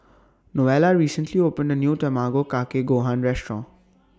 Novella recently opened A New Tamago Kake Gohan Restaurant